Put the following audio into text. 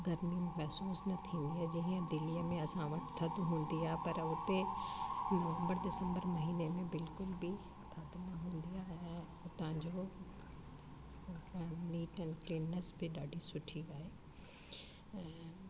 गरमी महिसूस न थींदी आहे जे हीअं दिल्लीअ में असां वटि थदि हूंदी आहे पर हुते नवम्बर दिसम्बर महीने में बिल्कुल बि थदि न हूंदी आहे ऐं हुतां जो नीट एंड क्लीननैस बि ॾाढी सुठी आहे ऐं